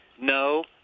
No